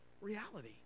reality